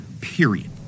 period